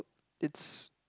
it's